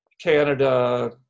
Canada